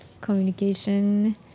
communication